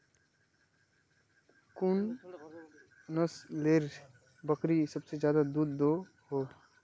कुन नसलेर बकरी सबसे ज्यादा दूध दो हो?